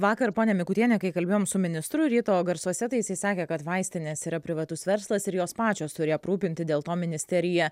vakar ponia mikutiene kai kalbėjom su ministru ryto garsuose tai jisai sakė kad vaistinės yra privatus verslas ir jos pačios turi aprūpinti dėl to ministerija